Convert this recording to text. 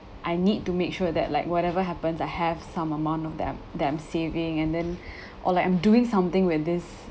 I need to make sure that like whatever happens I have some amount of that I'm that I'm saving and then or like I'm doing something when this